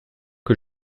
que